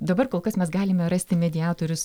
dabar kol kas mes galime rasti mediatorius